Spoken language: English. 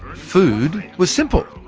food was simple.